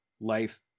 life